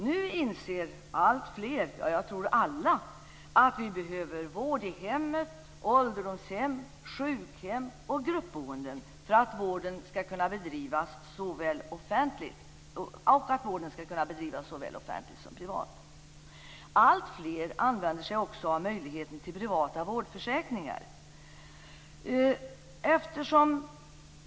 Nu inser alltfler, jag tror alla, att vi behöver vård i hemmet, ålderdomshem, sjukhem och gruppboenden och att vården skall kunna bedrivas såväl offentligt som privat. Alltfler använder sig också av möjligheten till privata vårdförsäkringar.